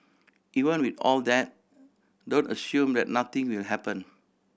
even with all that don't assume that nothing will happen